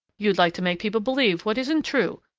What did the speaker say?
you'd like to make people believe what isn't true,